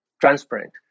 transparent